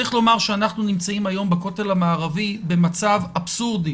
צריך לומר שאנחנו נמצאים היום בכותל המערבי במצב אבסורדי,